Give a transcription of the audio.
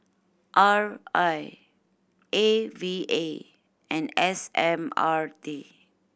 R I A V A and S M R T